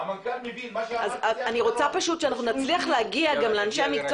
אני רוצה שנצליח להגיע גם לאנשי המקצוע